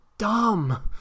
Dumb